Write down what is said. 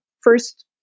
first